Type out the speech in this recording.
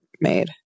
made